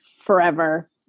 forever